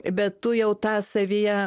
bet tu jau tą savyje